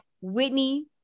Whitney